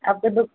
आपकी दुक़